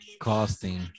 Costing